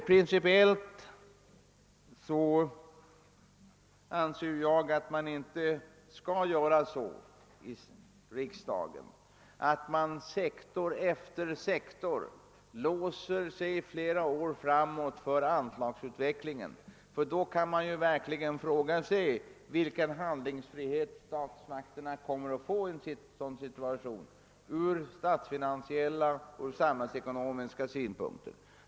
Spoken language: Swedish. Principiellt anser jag att vi inte skall göra så i riksdagen, att vi sektor efter sektor låser oss i flera år framåt för anslagsutvecklingen, ty då kan man verkligen fråga sig vilken handlingsfrihet statsmakterna kommer att få från statsfinansiella och samhällsekonomiska synpunkter.